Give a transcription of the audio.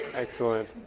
excellent.